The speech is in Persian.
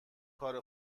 کار